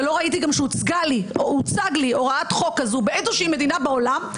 וגם לא ראיתי שהוצגה לי הוראת חוק כזו באיזושהי מדינה בעולם,